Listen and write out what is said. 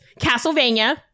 Castlevania